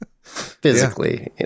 physically